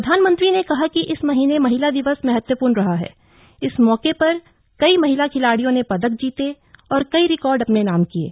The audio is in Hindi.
प्रधानमंत्री ने कहा कि इस महीने महिला दिवस महत्वपूर्ण रहा है इस मौके पर कई महिला खिलाडियों ने पदक जीते और कई रिकार्ड अपने नाम किये